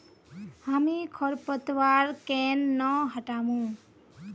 हामी खरपतवार केन न हटामु